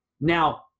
Now